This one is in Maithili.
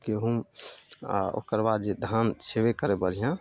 गहुम आओर ओकर बाद जे धान छेबे करय बढ़िआँ